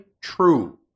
true